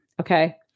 Okay